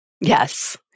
Yes